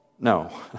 No